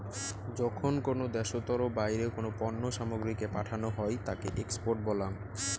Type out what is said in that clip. যখন কোনো দ্যাশোতর বাইরে কোনো পণ্য সামগ্রীকে পাঠানো হই তাকে এক্সপোর্ট বলাঙ